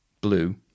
Blue